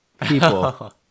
People